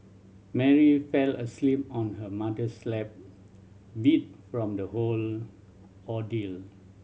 Mary fell asleep on her mother's lap beat from the whole ordeal